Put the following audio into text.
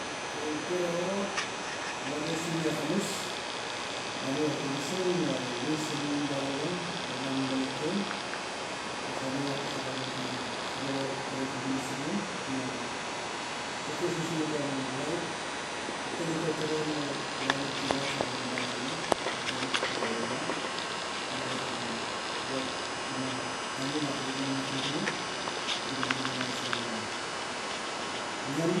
Okay giro, loge sumi akamus, naniu kak tang ngisen na wilson wagalang, enak minang ekeng. Ena naga wuk kuskus akalapang pana so tang ot gara rik vili sumem. Nak kuskus usigi tang laif, tang tangitol tana ina lain e tigak, kara minang ekeng e omo. Mamana tank wok ina aino la, tank non ina kulmua, ina vili inak ai sok ina ngen,